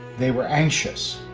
they were anxious,